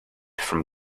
from